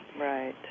Right